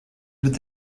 with